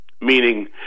Meaning